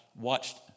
watched